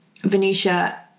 Venetia